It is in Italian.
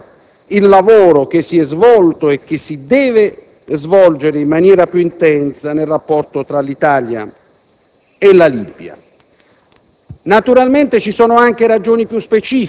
In tale ambito, si colloca il lavoro che si è svolto e che si deve svolgere in maniera più intensa nel rapporto tra l'Italia e la Libia.